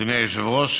אדוני היושב-ראש,